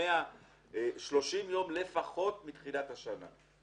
130-120 יום לפחות מתחילת השנה.